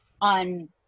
on